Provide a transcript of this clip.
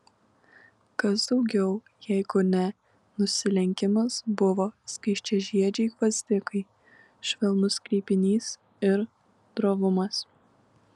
kas daugiau jeigu ne nusilenkimas buvo skaisčiažiedžiai gvazdikai švelnus kreipinys ir drovumas